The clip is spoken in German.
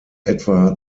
etwa